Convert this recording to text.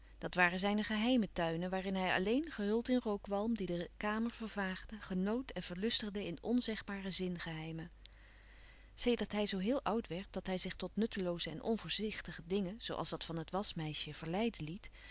dat waren zijne geheime tuinen waarin hij alleen gehuld in rookwalm die de kamer vervaagde genoot en verlustigde in onzegbare zingeheimen sedert hij zoo heel oud werd dat hij zich tot nuttelooze en onvoorzichtige dingen zoo als dat van het waschmeisje verleiden liet